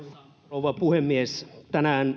rouva puhemies tänään